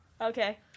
Okay